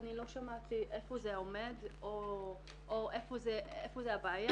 לא שמעתי היכן זה עומד או היכן הבעיה,